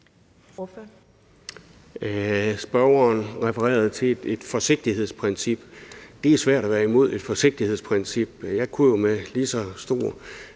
Spørgeren refererede til et forsigtighedsprincip. Det er svært at være imod et forsigtighedsprincip. Jeg kunne jo med lige så stor